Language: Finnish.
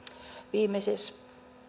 viimeisessä